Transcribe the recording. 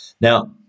Now